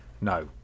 No